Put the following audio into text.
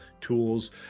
tools